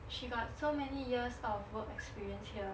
she got so many years of work experience here